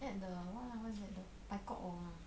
add the what lah what's that the ah